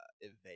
event